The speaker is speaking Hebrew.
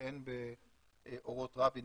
והן באורות רבין,